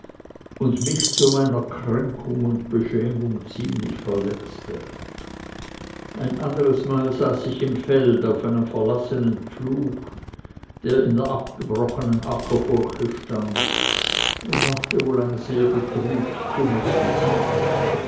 und mich zu meiner kränkung und beschämung ziemlich verletzte ein anderes mal saß ich im feld auf einem verlassenen pfluge der in der abgebrochenen ackerfurche stand und machte wohl ein sehr betrübt dummes gesicht